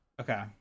Okay